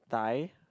Thai